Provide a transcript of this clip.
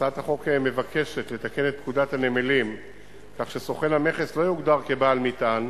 הצעת החוק מבקשת לתקן את פקודת הנמלים כך שסוכן מכס לא יוגדר כבעל מטען,